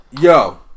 yo